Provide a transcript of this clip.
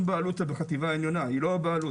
בעלות על החטיבה העליונה היא לא הבעלות.